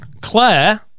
Claire